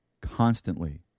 constantly